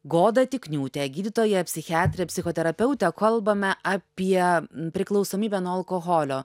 godą tikniūtę gydytoją psichiatrę psichoterapeutę kalbame apie priklausomybę nuo alkoholio